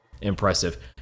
Impressive